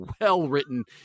well-written